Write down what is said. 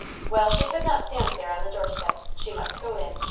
well, she could not stand there on the door-step. she must go in.